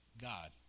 God